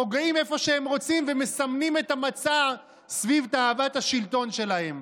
פוגעים איפה שהם רוצים ומסמנים את המצע סביב תאוות השלטון שלהם.